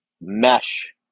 mesh